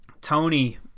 Tony